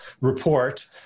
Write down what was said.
report